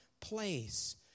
place